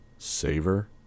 Savor